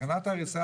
סכנת הריסה